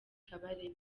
kabarebe